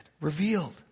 revealed